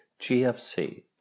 GFC